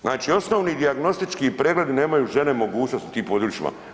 Znači osnovni dijagnostički pregled nemaju žene mogućnosti u tim područjima.